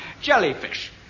jellyfish